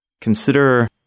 Consider